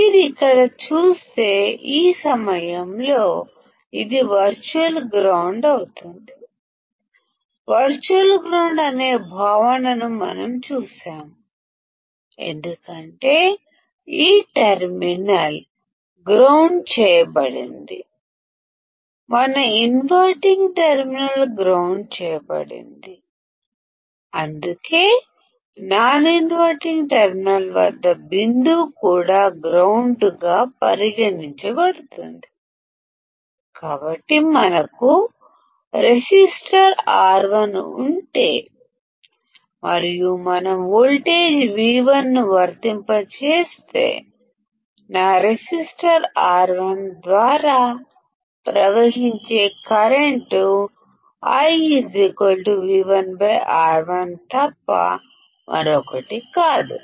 మీరు ఇక్కడ గమనిస్తే ఈ సందర్భం లో ఇది వర్చువల్ గ్రౌండ్ అవుతుంది వర్చువల్ గ్రౌండ్ అనే భావనను మనం చూశాము ఎందుకంటే ఈ టెర్మినల్ గ్రౌండ్ చేయబడింది మన ఇన్వర్టింగ్ టెర్మినల్ గ్రౌండ్ చేయబడింది అందుకే నాన్ ఇన్వర్టింగ్ టెర్మినల్ వద్ద ఉన్న బిందువు కూడా గ్రౌండ్ గా పరిగణించబడుతుంది కాబట్టి మన వద్ద రెసిస్టర్ R1 ఉంటే మరియు మనం వోల్టేజ్ V1 ను వర్తింపజేస్తే నా రెసిస్టర్ R1 ద్వారా ప్రవహించే కరెంట్ I V1 R1 తప్ప మరొకటి కాదు